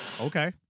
Okay